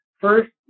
first